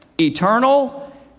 eternal